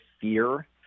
fear